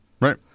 Right